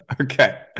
Okay